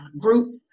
group